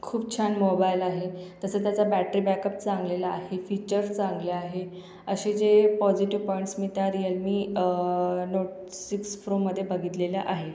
खूप छान मोबाईल आहे तसा त्याचा बॅटरी बॅकअप चांगलेला आहे फीचर चांगले आहे असे जे पॉजिटीव पॉईंट्स मी त्या रिअलमी नोट सिक्स फ्रोमध्ये बगितलेल्या आहे